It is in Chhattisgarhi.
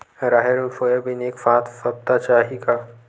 राहेर अउ सोयाबीन एक साथ सप्ता चाही का?